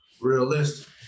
realistic